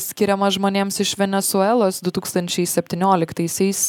skiriama žmonėms iš venesuelos du tūkstančiai septynioliktaisiais